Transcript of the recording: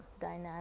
dynamic